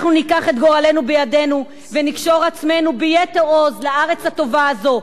אנחנו ניקח את גורלנו בידינו ונקשור עצמנו ביתר עוז לארץ הטובה הזו,